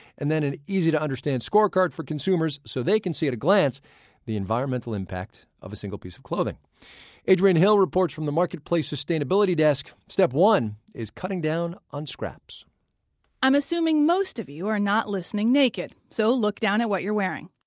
and then an easy-to-understand scorecard for consumers so they can see at a glance the entire environmental impact of a single piece of clothing adriene hill reports from the marketplace sustainability desk step one is cutting down on scraps i'm assuming most of you are not listening naked. so, look down at what you're wearing.